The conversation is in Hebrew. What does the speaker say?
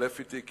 להתחלף אתי כי